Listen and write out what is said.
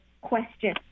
question